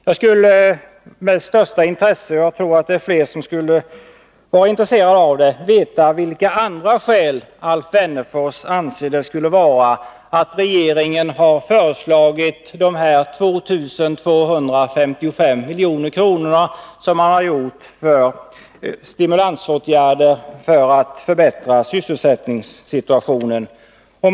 Jag skulle med största intresse vilja höra vilka andra skäl som enligt Alf Wennerfors ligger bakom regeringens förslag om 2255 milj.kr. som stimulansåtgärder för förbättring av sysselsättningssituationen, och jag tror också att andra än jag skulle vara intresserade av ett besked.